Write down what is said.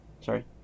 Sorry